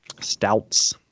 Stouts